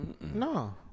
No